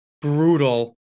brutal